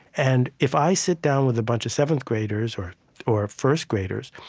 and if i sit down with a bunch of seventh graders, or or first graders,